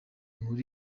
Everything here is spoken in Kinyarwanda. nkuru